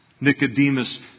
Nicodemus